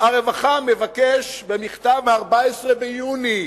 הרווחה מבקש במכתב מ-14 ביוני